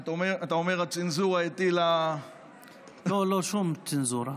אתה אומר, הצנזורה הטילה, לא, שום צנזורה.